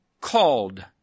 called